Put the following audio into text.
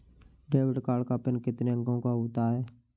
Debit card का pin कितने अंकों का होता है?